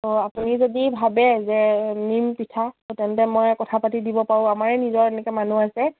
অ' আপুনি যদি ভাবে যে নিম পিঠা তেন্তে মই কথা পাতি দিব পাৰোঁ আমাৰে নিজৰ এনেকে মানুহ আছে